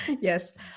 Yes